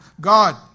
God